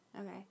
Okay